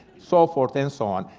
so forth and so on.